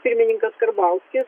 pirmininkas karbauskis